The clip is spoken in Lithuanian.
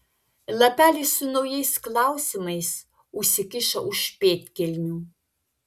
lapelį su naujais klausimais užsikišo už pėdkelnių